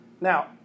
Now